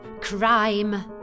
Crime